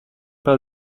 par